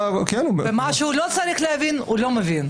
ומה שהוא לא צריך להבין הוא לא מבין.